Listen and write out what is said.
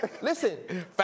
Listen